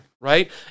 right